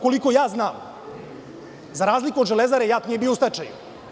Koliko ja znam, za razliku od „Železare“, JAT nije bio u stečaju.